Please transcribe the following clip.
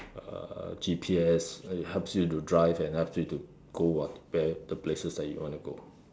uh G_P_S it helps you to drive and helps you to go what where the places that you want to go